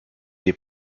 des